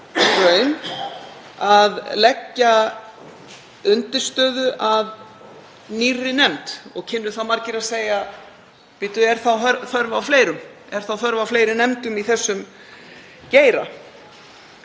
að leggja undirstöðu að nýrri nefnd. Og kynnu margir að segja: Bíddu, er þá þörf á fleirum? Er þörf á fleiri nefndum í þessum geira?